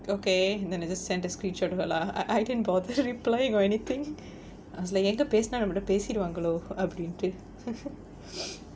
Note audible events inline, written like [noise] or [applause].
okay then I just sent a screenshot to her lah I I didn't bother replying or anything I was like என்ட பேசுனா நம்மட்ட பேசிருவாங்களோ அப்படின்டு:enta pesunaa nammatta pesiruvaangalo appadinttu [laughs]